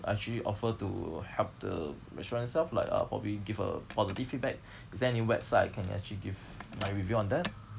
actually offer to help the restaurant itself like uh probably give a positive feedback is there any website I can actually give my review on that